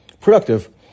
productive